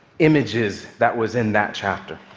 images that was in that chapter.